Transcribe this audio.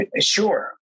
Sure